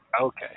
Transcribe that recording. Okay